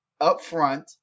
upfront